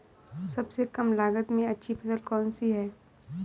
सबसे कम लागत में अच्छी फसल कौन सी है?